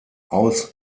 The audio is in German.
aus